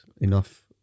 enough